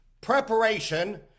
Preparation